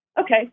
Okay